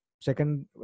second